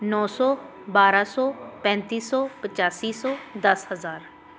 ਨੌ ਸੌ ਬਾਰ੍ਹਾਂ ਸੌ ਪੈਂਤੀ ਸੌ ਪਚਾਸੀ ਸੌ ਦਸ ਹਜ਼ਾਰ